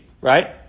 right